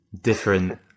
different